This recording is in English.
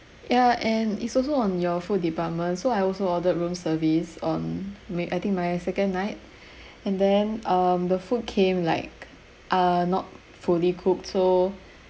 ya and it's also on your food department so I also ordered room service on may I think my second night and then um the food came like uh not fully cooked so